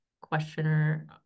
questioner